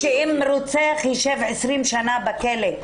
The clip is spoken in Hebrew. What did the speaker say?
אני לא בטוחה שאם רוצח ישב 20 שנה בכלא,